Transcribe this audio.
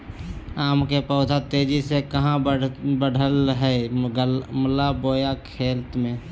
आम के पौधा तेजी से कहा बढ़य हैय गमला बोया खेत मे?